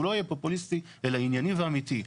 שהוא לא יהיה פופוליסטי אלא ענייני ואמיתי.